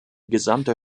gesamte